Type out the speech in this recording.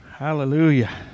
Hallelujah